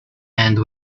end